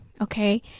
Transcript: okay